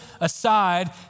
aside